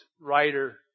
writer